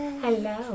Hello